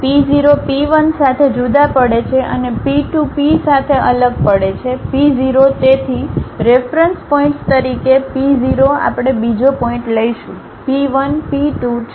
P0 P1 સાથે જુદા પડે છે અને P 2 P સાથે અલગ પડે છે P0 તેથી રેફરન્સ પોઇન્ટ્સ તરીકે P 0 આપણે બીજો પોઇન્ટ લઈશું P 1 P 2 છે